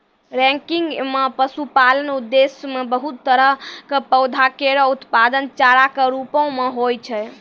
ranking म पशुपालन उद्देश्य सें बहुत तरह क पौधा केरो उत्पादन चारा कॅ रूपो म होय छै